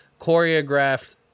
choreographed